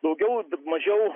daugiau mažiau